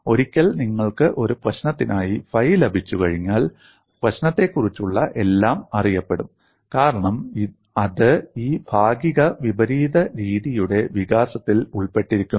ഒരിക്കൽ നിങ്ങൾക്ക് ഒരു പ്രശ്നത്തിനായി ഫൈ ലഭിച്ചുകഴിഞ്ഞാൽ പ്രശ്നത്തെക്കുറിച്ചുള്ള എല്ലാം അറിയപ്പെടും കാരണം അത് ഈ ഭാഗിക വിപരീത രീതിയുടെ വികാസത്തിൽ ഉൾപ്പെട്ടിരിക്കുന്നു